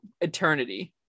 eternity